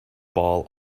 ball